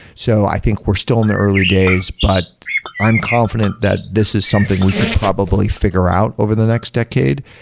so i think we're still in the early days, but i'm confident that this is something we could probably figure out over the next decade.